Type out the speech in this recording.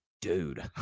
dude